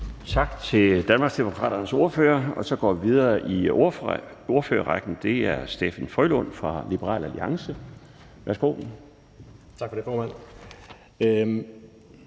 Tak til Danmarksdemokraternes ordfører. Så går vi videre i ordførerrækken til hr. Steffen W. Frølund fra Liberal Alliance. Værsgo. Kl. 12:05 (Ordfører)